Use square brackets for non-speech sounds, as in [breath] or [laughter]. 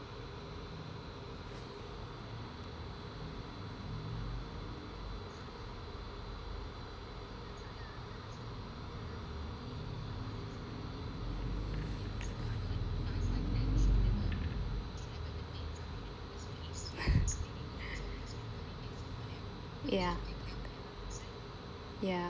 [breath] ya ya